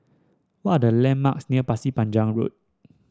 what are the landmarks near Pasir Panjang Road